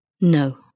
No